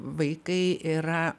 vaikai yra